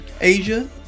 Asia